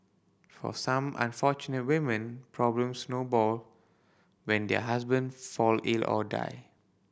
for some unfortunate women problems snowball when their husband fall ill or die